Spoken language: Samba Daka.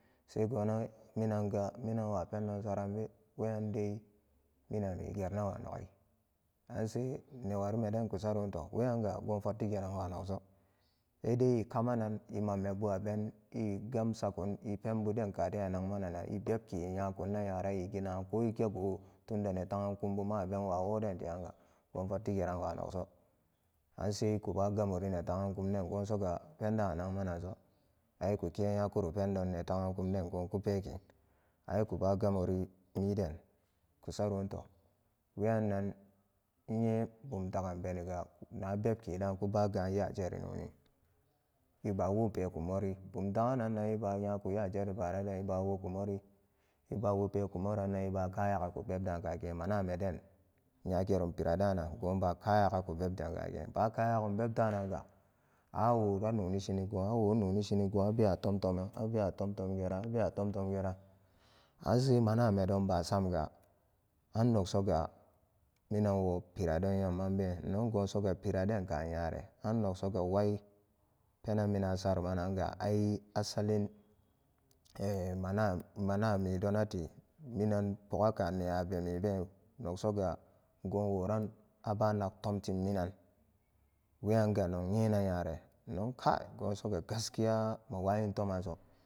Minanga minanwapendon saranbe weyandei minan amege geranawa nogai ansai newarimeden ku suroto weyanga go fotti geranwa nogso saidai e kamanan emanmebu aben e gumsakun e pembo den kaden anagmanana e begke nyakuna nyara eginagan ko egego tunde netagan kumbu ma abenwawoden te'anga go fotti geranwa nogso ansai ekubu gamo enetagan kumden gosoga pende anagmananso an ekuke nyakuro pendon ne ta'an kumden kupeke an ekubagamori miden ku saroto weyannan innye bum daganbeniga nabebkeda kubaga nyajeri noni ebawopeku mori bumdaganannan eba nyaku nyajeri baara den eba woku mori ebawopeku morananan ebakatagku bebda kage menameden nyagerum piradanan bakyagaku bebda kage baka yagum bebda nanga an awobe nonishinigon awo nonishinigon abewa tomtoman abewa tomtomgeran abewa abewa tomtomgeran anse manamedon basamga annogsoga minunwo piradon nyammanbe inno gosoga piraden kanyare annogsoga wai penan mina asarau mananga ai asalin e-manamedonate minan pogaka nenyabemebe nogsoga go woran abanaktomtim minan weyanga nog nyina nyare innokai go soga gaskiya mawayin tomanso